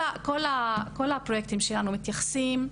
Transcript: כל הפרויקטים שלנו מתייחסים,